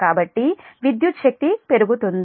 కాబట్టి విద్యుత్ శక్తి పెరుగుతుంది